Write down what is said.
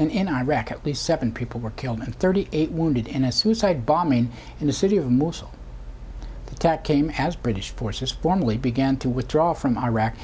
in iraq at least seven people were killed and thirty eight wounded in a suicide bombing in the city of mosul attack came as british forces formally began to withdraw from iraq